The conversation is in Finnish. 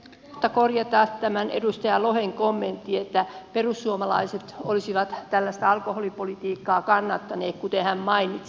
täytyy korjata tämä edustaja lohen kommentti että perussuomalaiset olisivat tällaista alkoholipolitiikkaa kannattaneet kuten hän mainitsi